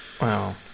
Wow